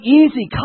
easy